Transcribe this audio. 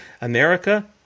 America